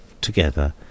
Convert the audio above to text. together